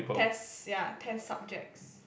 test ya test subjects